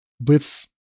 Blitz